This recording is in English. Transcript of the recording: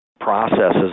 processes